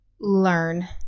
learn